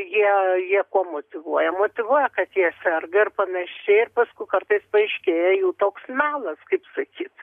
jie jie kuo motyvuoja motyvuoja kad jie serga ir panašiai ir paskui kartais paaiškėja jų toks melas kaip sakyt